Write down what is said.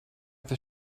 the